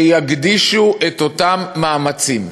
שיקדישו את אותם מאמצים